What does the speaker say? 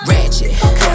Ratchet